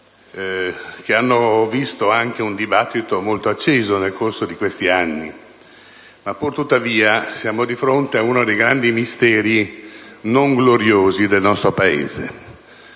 che hanno animato anche un dibattito molto acceso nel corso di questi anni. Tuttavia, siamo di fronte ad uno dei grandi misteri non gloriosi del nostro Paese.